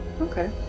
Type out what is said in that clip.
Okay